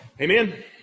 Amen